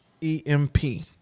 E-M-P